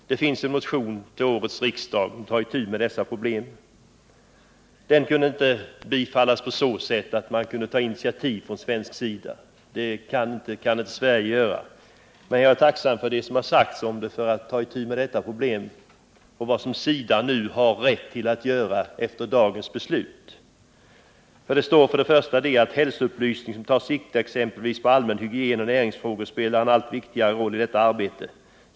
Till årets riksdag har väckts en motion, som tar upp dessa problem. Den kunde inte bifallas på så sätt att initiativ tas från svensk sida. Det kan inte Sverige göra. Men jag är tacksam för vad utskottet har sagt och för vad SIDA nu har rätt att göra efter dagens beslut. Utrikesutskottet anför: ”Hälsoupplysning som tar sikte exempelvis på allmän hygien och näringsfrågor spelar en allt viktigare roll i detta arbete.